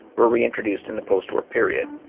were reintroduced in the post-war period.